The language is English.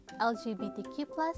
LGBTQ